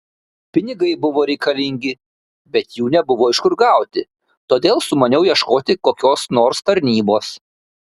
pinigai buvo reikalingi bet jų nebuvo iš kur gauti todėl sumaniau ieškoti kokios nors tarnybos